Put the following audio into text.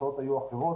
התוצאות היו אחרות.